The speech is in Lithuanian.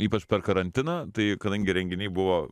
ypač per karantiną tai kadangi renginiai buvo